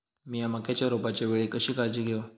मीया मक्याच्या रोपाच्या वेळी कशी काळजी घेव?